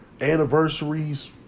anniversaries